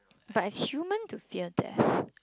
but it's human to fear death